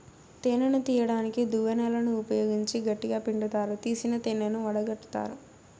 తేనెను తీయడానికి దువ్వెనలను ఉపయోగించి గట్టిగ పిండుతారు, తీసిన తేనెను వడగట్టుతారు